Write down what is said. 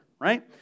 right